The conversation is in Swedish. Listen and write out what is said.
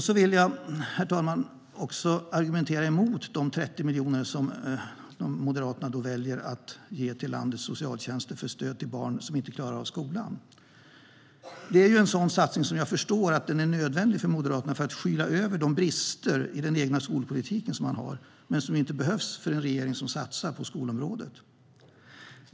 Så vill jag, herr talman, avsluta med att argumentera emot de 30 miljoner som Moderaterna väljer att ge till landets socialtjänster för stöd till barn som inte klarar av skolan. Det är en sådan satsning som jag förstår är nödvändig för Moderaterna för att skyla över brister i den egna skolpolitiken, men som inte behövs med en regering som satsar på skolområdet.